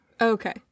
Okay